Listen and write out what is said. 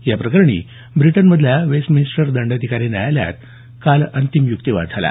या प्रकरणी ब्रिटनमधल्या वेस्टमिनीस्टर दंडाधिकारी न्यायालयात काल अंतिम वाद प्रतिवाद झाला